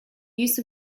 use